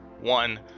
One